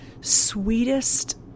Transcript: sweetest